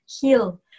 heal